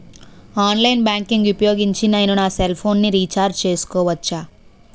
Online banking ఊపోయోగించి నేను నా సెల్ ఫోను ని రీఛార్జ్ చేసుకోవచ్చా?